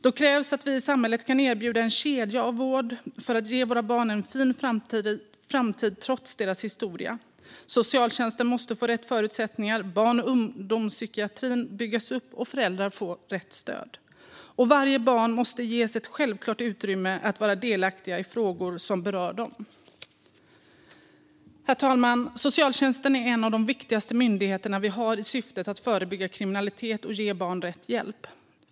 Då krävs att samhället kan erbjuda en kedja av vård för att ge dessa barn en fin framtid trots deras historia. Socialtjänsten måste få rätt förutsättningar, barn och ungdomspsykiatrin byggas upp och föräldrar få rätt stöd. Alla barn måste också ges självklart utrymme att vara delaktiga i de frågor som berör dem. Herr talman! Socialtjänsten är en av de viktigaste myndigheterna vi har för att förebygga kriminalitet och ge barn rätt hjälp.